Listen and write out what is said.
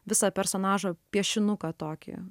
visą personažo piešinuką tokį